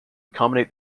accommodate